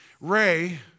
Ray